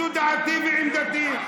זו דעתי ועמדתי.